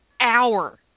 hour